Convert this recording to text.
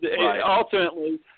ultimately